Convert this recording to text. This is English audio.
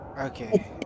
Okay